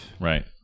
Right